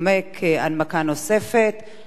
אבל לרשותו יעמדו עד חמש דקות.